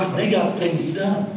they got things done,